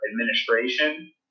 administration